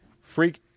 freak